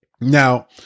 Now